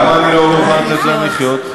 למה אני לא מוכן לתת להם לחיות?